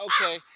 okay